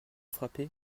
frappé